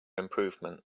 improvement